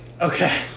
Okay